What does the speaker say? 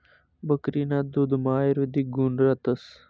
बकरीना दुधमा आयुर्वेदिक गुण रातस